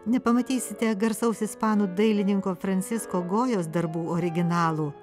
nepamatysite garsaus ispanų dailininko francisko gojaus darbų originalų